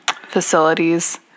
facilities